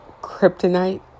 kryptonite